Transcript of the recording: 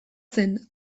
zen